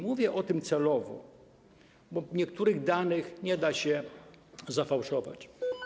Mówię o tym celowo, bo niektórych danych nie da się zafałszować.